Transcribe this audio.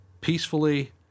peacefully